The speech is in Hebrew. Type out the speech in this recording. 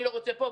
אני לא רוצה פה,